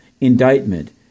Indictment